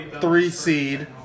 three-seed